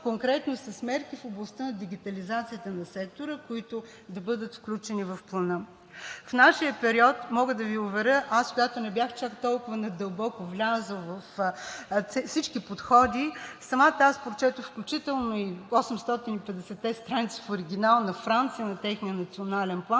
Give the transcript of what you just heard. конкретно с мерки в областта на дигитализацията на сектора, които да бъдат включени в Плана. В нашия период мога да Ви уверя – аз, която не бях чак толкова надълбоко влязла във всички подходи, прочетох, включително и 850-те страници, в оригинал Националния план